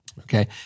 okay